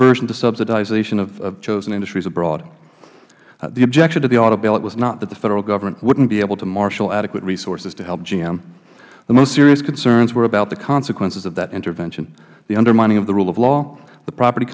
aversion to subsidization of chosen industries abroad the objection to the auto bailout was not that the federal government wouldn't be able to marshal adequate resources to help gm the most serious concerns were about the consequences of that intervening the undermining of the rule of law the property